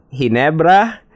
Hinebra